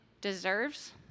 deserves